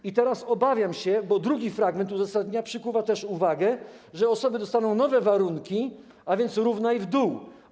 I teraz obawiam się, bo drugi fragment uzasadnienia też przykuwa uwagę, że osoby dostaną nowe warunki, a więc: równaj w dół.